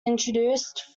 introduced